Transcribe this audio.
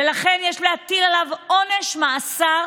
ולכן יש להטיל עליו עונש מאסר